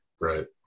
right